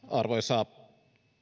arvoisa